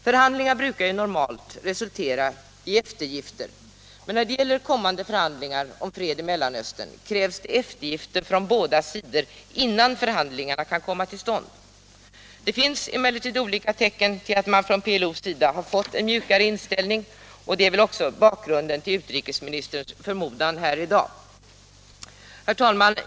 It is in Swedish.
För handlingar brukar ju normalt resultera i eftergifter, men när det gäller kommande förhandlingar om fred i Mellanöstern krävs det eftergifter från båda sidor, innan förhandlingarna kan komma till stånd. Det finns emellertid olika tecken på att man från PLO:s sida har fått en mjukare inställning, och det är väl också bakgrunden till utrikesministerns förmodan här i dag. Herr talman!